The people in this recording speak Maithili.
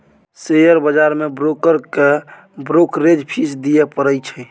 शेयर बजार मे ब्रोकर केँ ब्रोकरेज फीस दियै परै छै